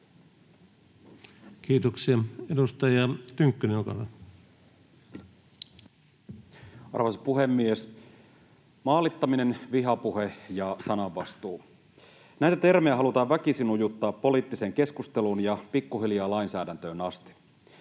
Time: 19:12 Content: Arvoisa puhemies! Maalittaminen, vihapuhe ja sananvastuu — näitä termejä halutaan väkisin ujuttaa poliittiseen keskusteluun ja pikkuhiljaa lainsäädäntöön asti.